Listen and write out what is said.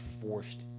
forced